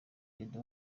perezida